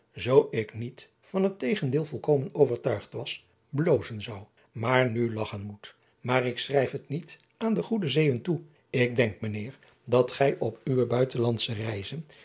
zoo ik niet van het tegendeel volkomen overtuigd was blozen zou maar nu lagchen moet maar ik schrijf het niet aan de goede eeuwen toe ik denk mijn eer dat gij op u uwe uitenlandsche reizen